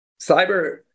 cyber